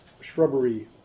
shrubbery